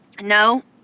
no